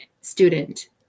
student